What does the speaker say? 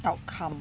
outcome